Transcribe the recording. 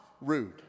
rude